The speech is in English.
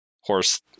horse